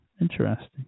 Interesting